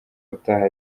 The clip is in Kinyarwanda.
utaha